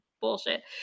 bullshit